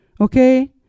Okay